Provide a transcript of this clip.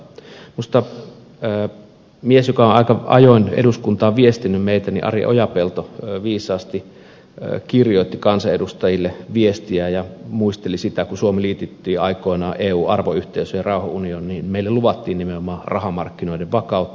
minusta mies joka on aika ajoin viestinyt meille eduskuntaan ari ojapelto viisaasti kirjoitti kansanedustajille viestiä ja muisteli sitä että kun suomi liitettiin aikoinaan eun arvoyhteisöön ja rauhanunioniin niin meille luvattiin nimenomaan rahamarkkinoiden vakautta